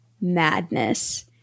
madness